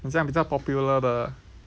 很像比较的